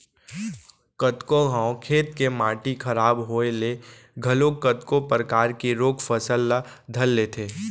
कतको घांव खेत के माटी खराब होय ले घलोक कतको परकार के रोग फसल ल धर लेथे